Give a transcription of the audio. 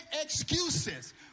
excuses